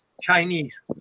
Chinese